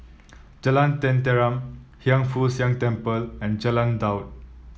Jalan Tenteram Hiang Foo Siang Temple and Jalan Daud